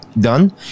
done